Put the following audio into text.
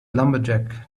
lumberjack